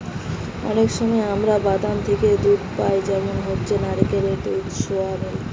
অনেক সময় আমরা বাদাম থিকে দুধ পাই যেমন হচ্ছে নারকেলের দুধ, সোয়া মিল্ক